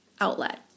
outlet